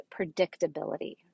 predictability